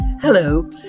Hello